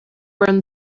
burned